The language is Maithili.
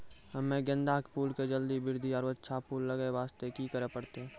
हम्मे गेंदा के फूल के जल्दी बृद्धि आरु अच्छा फूल लगय वास्ते की करे परतै?